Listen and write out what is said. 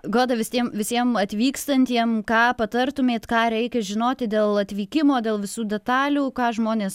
goda vistiem visiem atvykstantiem ką patartumėt ką reikia žinoti dėl atvykimo dėl visų detalių ką žmonės